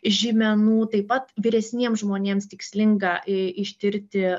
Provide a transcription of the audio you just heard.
žymenų taip pat vyresniems žmonėms tikslinga ištirti